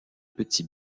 petits